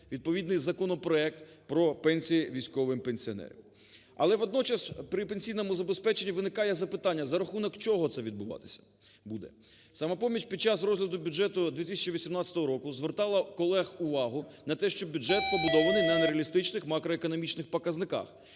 відповідний законопроект про пенсії військовим пенсіонерам. Але водночас при пенсійному забезпеченні виникає запитання: за рахунок чого це відбуватися буде. "Самопоміч" під час розгляду бюджету 2018 року звертала колег увагу на те, що бюджет побудований на нереалістичних макроекономічних показниках.